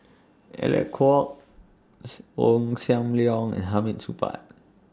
Alec Kuok's Ong SAM Leong and Hamid Supaat